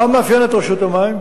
מה מאפיין את רשות המים?